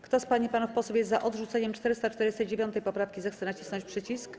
Kto z pań i panów posłów jest za odrzuceniem 449. poprawki, zechce nacisnąć przycisk.